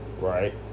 right